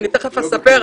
אני תיכף אספר,